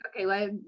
Okay